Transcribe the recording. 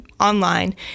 online